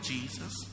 Jesus